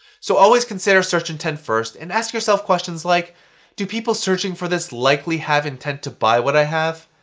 so always consider search intent first and ask yourself questions like do people searching for this likely have intent to buy what i have?